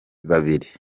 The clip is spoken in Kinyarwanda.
babiri